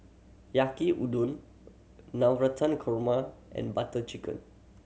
Yaki Udon Navratan Korma and Butter Chicken